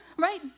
right